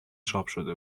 چاپشده